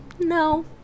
No